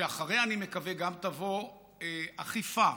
שאחריה, אני מקווה, תבוא גם אכיפה,